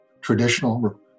traditional